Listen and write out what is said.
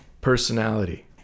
Personality